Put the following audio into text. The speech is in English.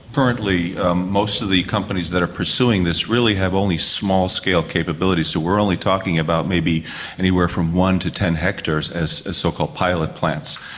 currently most of the companies that are pursuing this really have only small-scale capabilities, so we're only talking about maybe anywhere from one to ten hectares as so-called pilot plants.